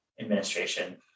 administration